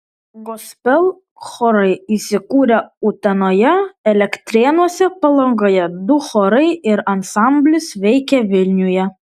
gospel chorai įsikūrę utenoje elektrėnuose palangoje du chorai ir ansamblis veikia vilniuje